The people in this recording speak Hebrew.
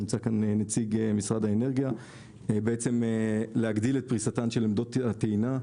ונמצא כאן נציג משרד האנרגיה - להגדיל את פריסתן של עמדות הטעינה.